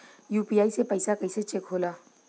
UPI से पैसा कैसे चेक होला?